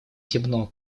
темно